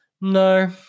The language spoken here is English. No